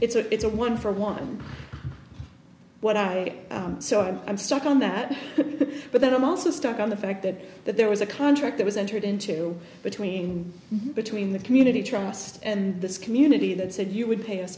it's a it's a one for one what audi so i'm stuck on that but then i'm also stuck on the fact that that there was a contract that was entered into between between the community trust and this community that said you would pay us